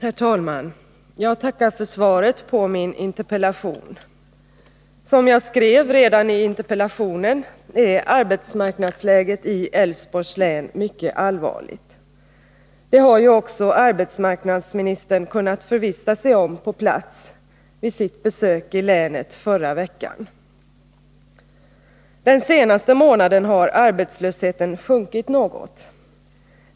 Herr talman! Jag tackar för svaret på min interpellation. Som jag skrev i interpellationen är arbetsmarknadsläget i Älvsborgs län mycket allvarligt. Det har ju också arbetsmarknadsministern kunnat förvissa sig om på plats vid sitt besök i länet förra veckan. Den senaste månaden har arbetslösheten sjunkit något.